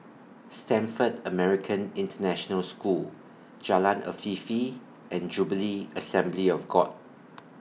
Stamford American International School Jalan Afifi and Jubilee Assembly of God